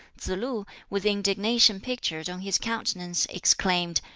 tsz-lu, with indignation pictured on his countenance, exclaimed,